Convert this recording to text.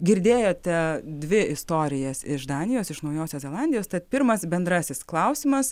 girdėjote dvi istorijas iš danijos iš naujosios zelandijos tad pirmas bendrasis klausimas